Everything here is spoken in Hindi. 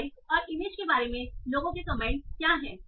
प्राइस और इमेज के बारे में लोगों की कमेंटस क्या हैं